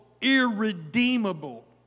irredeemable